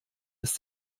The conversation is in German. ist